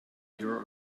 your